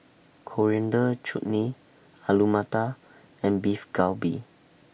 Coriander Chutney Alu Matar and Beef Galbi